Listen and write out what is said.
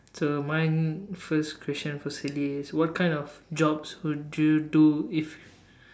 so mine first question for silly is what kind of jobs would you do if